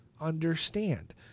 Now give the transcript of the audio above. understand